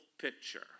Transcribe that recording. picture